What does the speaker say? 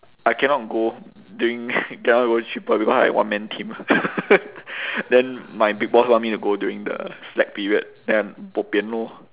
I cannot go during cannot go cheaper because I one man team then my big boss want me to go during the slack period then I bo pian loh